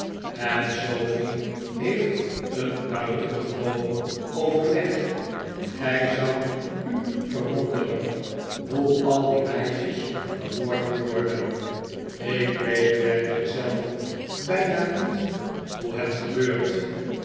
en sofie heeft een buitengewooii overleg gij zoudt u verwonderen hoe al die meisjes geborgen worden david copperfield ik weet werkelijk zelf bijna niet hoe het gebeurt